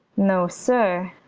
no sir,